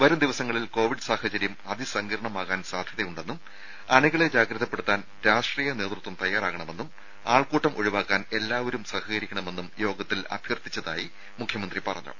വരും ദിവസങ്ങളിൽ കോവിഡ് സാഹചര്യം അതിസങ്കീർണ്ണമാകാൻ സാധ്യതയുണ്ടെന്നും അണികളെ ജാഗ്രതപ്പെടുത്താൻ രാഷ്ട്രീയ നേതൃത്വം തയാറാകണമെന്നും ആൾക്കൂട്ടം ഒഴിവാക്കാൻ എല്ലാവരും സഹകരിക്കണമെന്നും യോഗത്തിൽ അഭ്യർത്ഥിച്ചതായി മുഖ്യമന്ത്രി പറഞ്ഞു